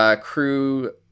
Crew